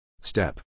step